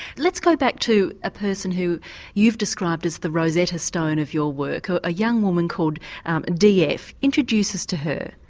let's go back to a person who you've described as the rosetta stone of your work, a young woman called df. introduce us to her.